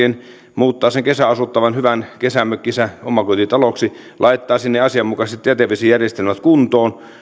muuttaa sen kesäasuttavan hyvän kesämökkinsä omakotitaloksi laittaa sinne asianmukaiset jätevesijärjestelmät kuntoon